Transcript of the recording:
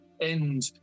end